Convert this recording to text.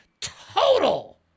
total